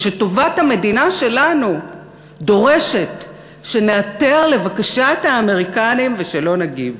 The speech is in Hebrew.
ושטובת המדינה שלנו דורשת שניעתר לבקשת האמריקנים ושלא נגיב,